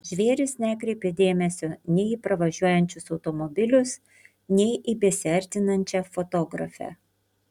žvėris nekreipė dėmesio nei į pravažiuojančius automobilius nei į besiartinančią fotografę